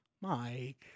Mike